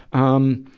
um,